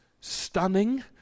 stunning